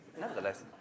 nevertheless